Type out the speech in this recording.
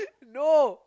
no